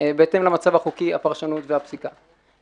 בהתאם למצב החוקי, הפרשנות והפסיקה.